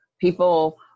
People